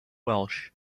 welsh